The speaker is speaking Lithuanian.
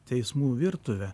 teismų virtuvę